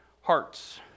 hearts